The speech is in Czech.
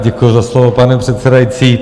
Děkuji za slovo, pane předsedající.